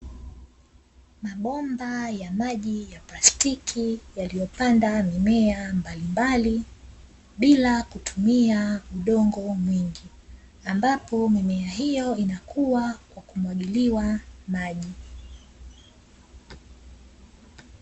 Mabomba ya maji ya plastiki yaliyopanda mimea mbalimbali bila kutumia udongo mwingi ,ambapo mimea hiyo inakua kwa kumwagiliwa maji.